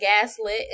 gaslit